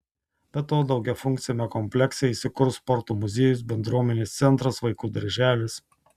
be to daugiafunkciame komplekse įsikurs sporto muziejus bendruomenės centras vaikų darželis